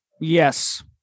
yes